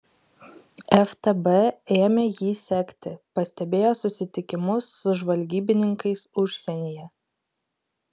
ftb ėmė jį sekti pastebėjo susitikimus su žvalgybininkais užsienyje